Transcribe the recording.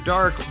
Dark